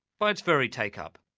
by its very take-up.